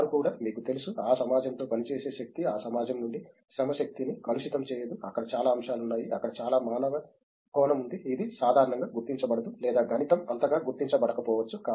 వారు కూడా మీకు తెలుసు ఆ సమాజంతో పనిచేసే శక్తి ఆ సమాజం నుండి శ్రమశక్తిని కలుషితం చేయదు అక్కడ చాలా అంశాలు ఉన్నాయి అక్కడ చాలా మానవ కోణం ఉంది ఇది సాధారణంగా గుర్తించబడదు లేదా గతం అంతగా గుర్తించబడకపోవచ్చు